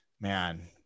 man